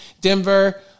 Denver